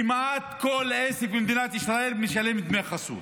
כמעט כל עסק במדינת ישראל משלם דמי חסות.